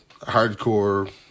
hardcore